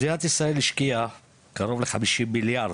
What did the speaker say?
מדינת ישראל השקיעה קרוב ל-50 מיליארד,